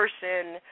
person